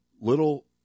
little